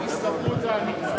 הסתתמו טענותי.